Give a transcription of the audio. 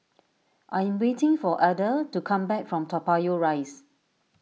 I am waiting for Adda to come back from Toa Payoh Rise